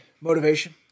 motivation